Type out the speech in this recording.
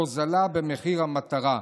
הורדה במחיר המטרה.